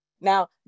Now